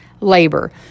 labor